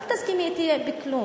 אל תסכימי אתי בכלום,